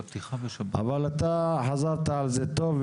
אבל אתה חזרת על זה טוב,